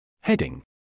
Heading